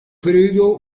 periodo